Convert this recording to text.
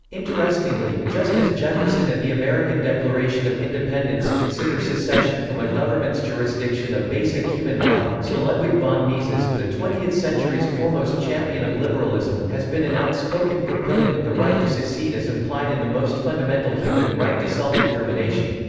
interestingly, just as jefferson and the american declaration of independence consider secession from a government's jurisdiction a basic human right, so ludwig von mises, the twentieth-century's foremost champion of liberalism, has been an outspoken proponent of the right to secede as implied in the most fundamental human right to self-determination.